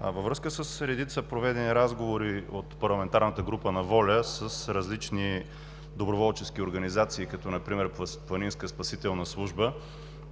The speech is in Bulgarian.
във връзка с редица проведени разговори от парламентарната група на ВОЛЯ с различни доброволчески организации – като например Планинска спасителна служба,